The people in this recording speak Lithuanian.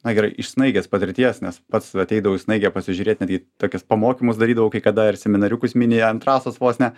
na gerai iš snaigės patirties nes pats ateidavau į snaigę pasižiūrėt netgi tokius pamokymus darydavau kai kada ir seminariukus mini ant trasos vos ne